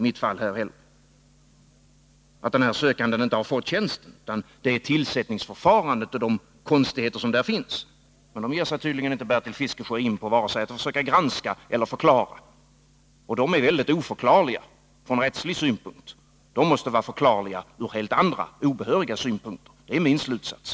Det är konstigheterna i samband med tillsättningsförfarandet det handlar om, men dem ger sig tydligen inte Bertil Fiskesjö in på att försöka vare sig granska eller förklara. De är oförklarliga från rättslig synpunkt. De måste vara förklarliga ur helt andra, obehöriga synpunkter. Det är min slutsats.